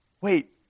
Wait